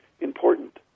important